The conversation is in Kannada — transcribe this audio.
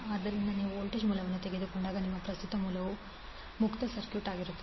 ಆದ್ದರಿಂದ ನೀವು ವೋಲ್ಟೇಜ್ ಮೂಲವನ್ನು ತೆಗೆದುಕೊಂಡಾಗ ನಿಮ್ಮ ಪ್ರಸ್ತುತ ಮೂಲವು ಮುಕ್ತ ಸರ್ಕ್ಯೂಟ್ ಆಗಿರುತ್ತದೆ